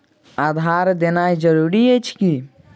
आधार देनाय जरूरी अछि की?